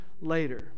later